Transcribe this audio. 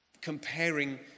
Comparing